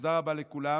תודה רבה לכולם,